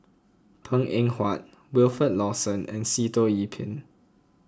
Png Eng Huat Wilfed Lawson and Sitoh Yih Pin